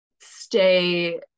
stay